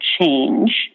change